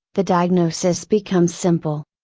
the diagnosis becomes simple.